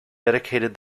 dedicated